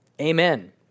Amen